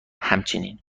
همچنین